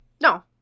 No